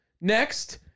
Next